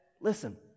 Listen